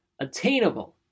attainable